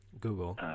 Google